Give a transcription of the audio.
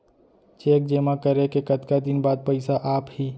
Cheque जेमा करे के कतका दिन बाद पइसा आप ही?